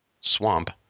swamp